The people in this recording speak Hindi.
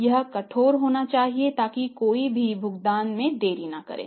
यह कठोर होना चाहिए ताकि कोई भी भुगतान में देरी न करे